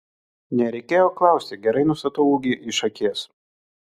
nereikėjo klausti gerai nustatau ūgį iš akies